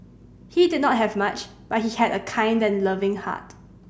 he did not have much but he had a kind and loving heart